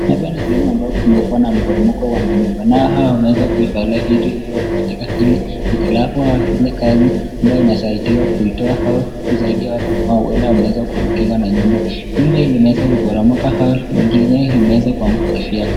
Hapa ni sehemu ambapo kumekuwa na mporomoko wa manyumba na hawa wameweza kuivalia viti hivyo katika hili hitilafu au ile kazi ambayo inasaidia kuitoa au kusaidia watu ambao wameweza kuangukiwa na nyumba. Nyumba hii imeweza kuboromoka au nyingine imeweza kuanguka kivi yake.